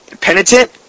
penitent